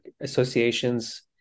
associations